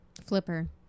flipper